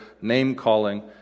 name-calling